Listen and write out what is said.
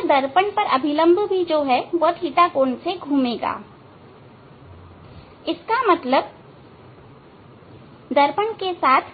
यह दर्पण पर अभिलंब भी ɵ कोण से घूमेगा इसका मतलब दर्पण के साथ